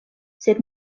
sed